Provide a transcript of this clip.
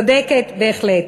צודקת בהחלט.